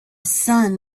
sun